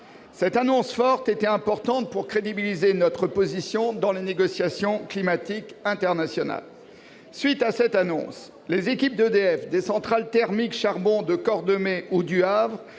Cette annonce forte était importante pour crédibiliser notre position dans les négociations climatiques internationales. À la suite de cette annonce, les équipes EDF des centrales thermiques à charbon de Cordemais et du Havre